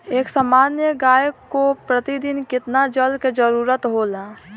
एक सामान्य गाय को प्रतिदिन कितना जल के जरुरत होला?